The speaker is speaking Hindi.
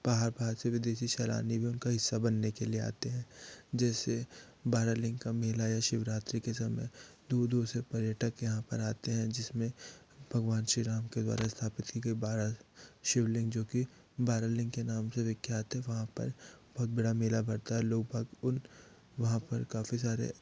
बाहर बाहर से विदेशी सैलानी भी उनका हिस्सा बनने के लिए आते हैं जैसे बारहलिंग का मेला या शिवरात्रि के समय दूर दूर से पर्यटक यहाँ पर आते हैं जिसमें भगवान श्री राम के द्वारा स्थापित की गई बारह शिवलिंग जो कि बारहलिंग के नाम से विख्यात है वहाँ पर बहुत बड़ा मेला पड़ता है लोग बाग उन वहाँ पर काफ़ी सारे